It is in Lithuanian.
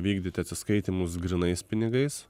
vykdyti atsiskaitymus grynais pinigais